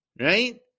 right